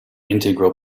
integral